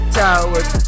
towers